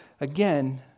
again